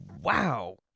Wow